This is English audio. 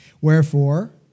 Wherefore